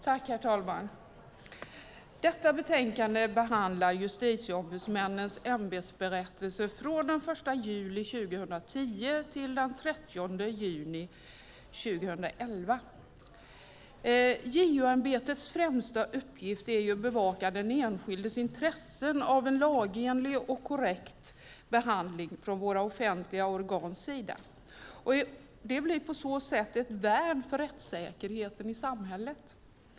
Herr talman! Detta betänkande behandlar Justitieombudsmännens ämbetsberättelse från den 1 juli 2010 till den 30 juni 2011. JO-ämbetets främsta uppgift är att bevaka den enskildes intressen av en lagenlig och korrekt behandling från våra offentliga organs sida. Det blir på så sätt ett värn för rättssäkerheten i samhället.